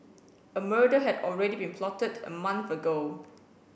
a murder had already been plotted a month ago